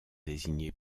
désigné